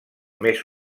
més